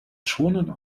schonen